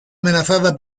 amenazada